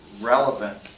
relevant